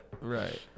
Right